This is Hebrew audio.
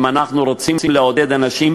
אם אנחנו רוצים לעודד אנשים